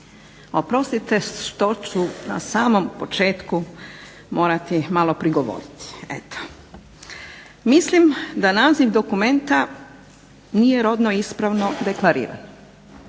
Oprostite što ću na samom početku morati malo prigovoriti, eto. Mislim da naziv dokumenta nije rodno ispravno deklariran.